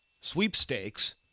sweepstakes